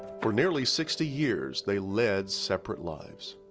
for nearly sixty years they led separate lives.